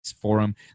forum